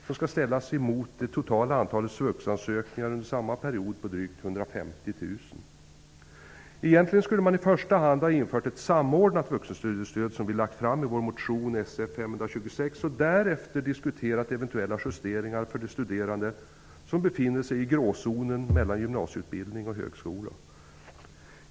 Det skall ställas mot det totala antalet SVUX Egentligen skulle man i första hand ha infört ett samordnat vuxenstudiestöd, som vi lagt fram förslag om i vår motion Sf526, och därefter diskuterat eventuella justeringar för de studerande som befinner sig i gråzonen mellan gymnasieutbildning och högskola.